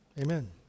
Amen